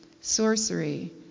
sorcery